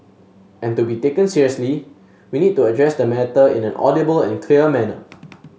and to be taken seriously we need to address the matter in an audible and clear manner